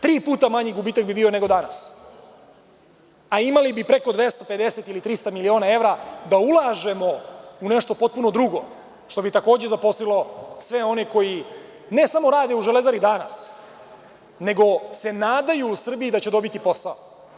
Tri puta manji gubitak bi bio nego danas, a imali bi preko 250 ili 300 miliona evra da ulažemo u nešto potpuno drugo, što bi takođe zaposlilo sve one koji ne samo rade u „Železari“ danas, nego se nadaju u Srbiji da će dobiti posao.